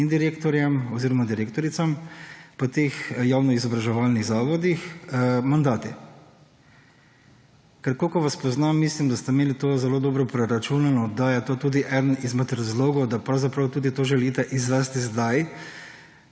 in direktorjem oziroma direktoricam po teh javno-izobraževalnih zavodih mandati. Ker kolikor vas poznam, mislim, da ste imeli to zelo dobro preračunano, da je to tudi eden izmed razlogov, da pravzaprav tudi to želite izvesti zdaj,